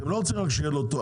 אתם לא רוצים רק שיהיה לו תואר,